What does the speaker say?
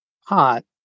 hot